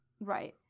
Right